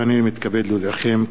אין מתנגדים.